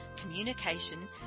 communication